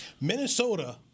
Minnesota